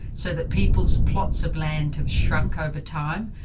so that people's plots of land have shrunk over time,